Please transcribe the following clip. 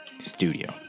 studio